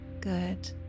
good